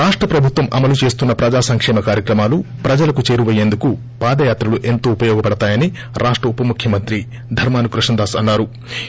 రాష్ట ప్రభుత్వం అమలు చేస్తున్న ప్రజ సంకేమ కార్వక్రమాలు ప్రజలకు చేరువయ్యేందుకు పాదయాత్రలు ఎంతో ఉపయోగపడతాయని రాష్ర ఉపముఖ్యమంత్రి ధర్శాన క్పష్లదాస్ అన్నారు